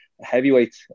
heavyweight